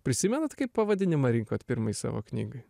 prisimenat kaip pavadinimą rinkot pirmai savo knygai